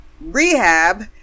Rehab